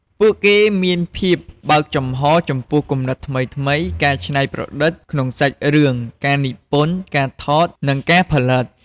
ពួកគេមានភាពបើកចំហរចំពោះគំនិតថ្មីៗ ការច្នៃប្រឌិត ក្នុងសាច់រឿង ការនិពន្ធ ការថត និងការផលិត។